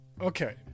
Okay